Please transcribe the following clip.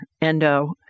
endo